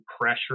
pressure